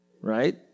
Right